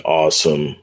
awesome